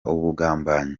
ubugambanyi